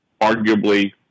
arguably